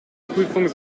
prüfung